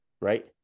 Right